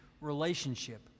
relationship